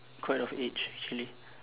quite of age actually